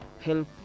help